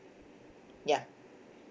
ya